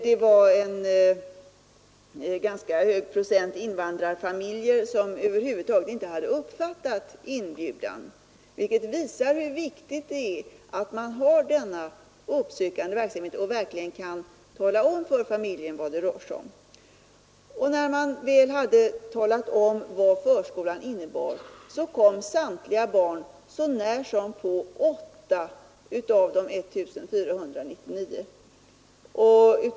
Det var en ganska hög procent invandrarfamiljer som över huvud taget inte hade uppfattat inbjudan, vilket visar hur viktigt det är att man har denna uppsökande verksamhet och verkligen kan tala om för familjerna vad det rör sig om. När man väl hade talat om vad förskolan innebar kom samtliga barn så när som på åtta av de 1499.